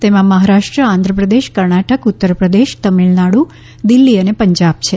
તેમાં મહારાષ્ટ્ર આંધ્ર પ્રદેશ કર્ણાટક ઉત્તર પ્રદેશ તમીળનાડુ દિલ્ફી અને પંજાબ છે